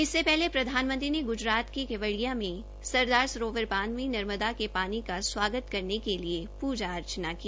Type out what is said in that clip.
इससे पहले प्रधानमंत्री ने ग्रजरात के केवडिया में सरदार सरोवर बांध में नर्मदा के पानी का स्वागत करने के लिए पूजा अर्चना की